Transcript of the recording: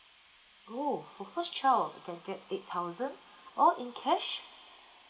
oh for first child can get eight thousand all in cash